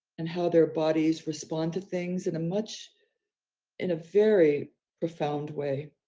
and how their bodies respond to things in a much in a very profound way.